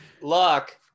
luck